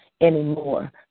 Anymore